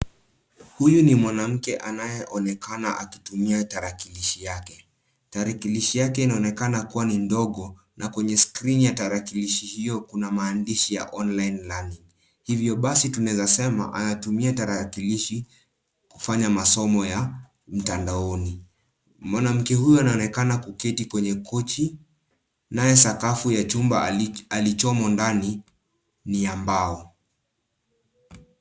Huyu ni mwanamke anayeonekana akitumia tarakilishi yake. Tarakilishi yake inaonekana kuwa ni ndogo, na kwenye skrini na tarakilishi hiyo, kuna maandishi ya online learning . Hivyo basi tunaweza sema, anatumia tarakilishi kufanya masomo ya mtandaoni. Mwanamke huyu anaonekana kuketi kwenye kochi, nayo sakafu ya chumba alichomo ndani, ni ya mbao.